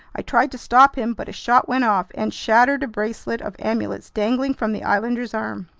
i tried to stop him, but his shot went off and shattered a bracelet of amulets dangling from the islander's arm.